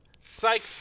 Psych